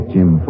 Jim